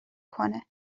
کنه